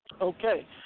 Okay